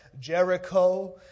Jericho